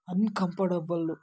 uncomfortable